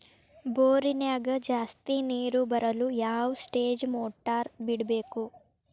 ಬೋರಿನ್ಯಾಗ ಜಾಸ್ತಿ ನೇರು ಬರಲು ಯಾವ ಸ್ಟೇಜ್ ಮೋಟಾರ್ ಬಿಡಬೇಕು?